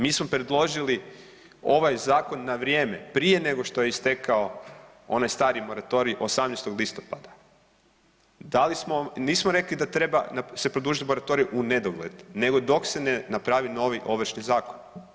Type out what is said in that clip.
Mi smo predložili ovaj zakon na vrijeme prije nego što je istekao onaj stari moratorij 18. listopada, nismo rekli da se treba produžiti moratorij unedogled nego dok se ne napravi novi Ovršni zakon.